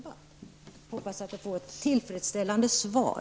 Jag hoppas, som sagt, på ett tillfredsställande svar.